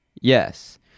yes